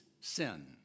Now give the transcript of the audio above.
sin